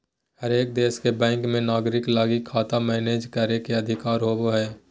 हरेक देश के बैंक मे नागरिक लगी खाता मैनेज करे के अधिकार होवो हय